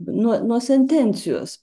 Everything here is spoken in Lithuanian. nuo nuo sentencijos